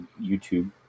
YouTube